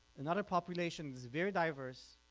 another population that is very diverse,